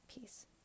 Peace